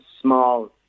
small